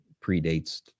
predates